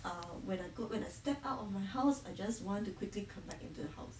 err when I step out of my house I just want to quickly come back into the house